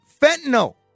fentanyl